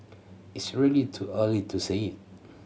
it's really too early to saying